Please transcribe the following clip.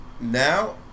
now